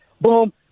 Boom